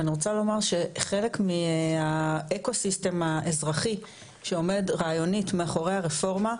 ואני רוצה לומר שחלק מהאקו-סיסטם האזרחי שעומד רעיונית מאחורי הרפורמה,